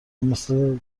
مثل